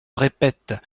répète